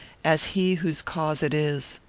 as he whose cause it is.